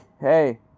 hey